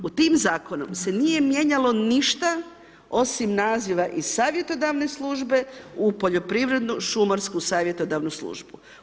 U tim zakonom se nije mijenjalo ništa, osim naziva iz savjetodavne službe u poljoprivrednu šumarsku savjetodavnu službu.